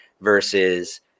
versus